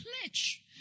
pledge